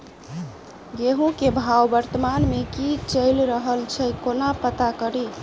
गेंहूँ केँ भाव वर्तमान मे की चैल रहल छै कोना पत्ता कड़ी?